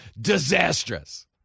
Disastrous